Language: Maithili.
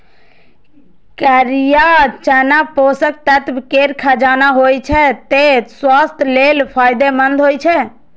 करिया चना पोषक तत्व केर खजाना होइ छै, तें स्वास्थ्य लेल फायदेमंद होइ छै